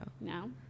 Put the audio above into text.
no